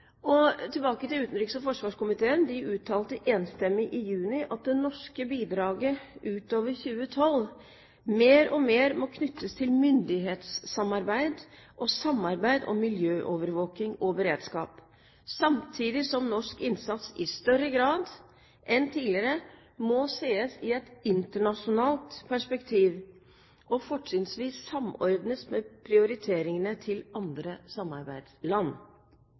Tilbake til utenriks- og forsvarskomiteen. I juni uttalte komiteen enstemmig at det norske bidraget utover 2012 mer og mer må knyttes til myndighetssamarbeid og samarbeid om miljøovervåking og beredskap, samtidig som norsk innsats i større grad enn tidligere må ses i et internasjonalt perspektiv og fortrinnsvis samordnes med prioriteringene til andre samarbeidsland.